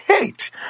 hate